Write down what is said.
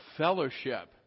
Fellowship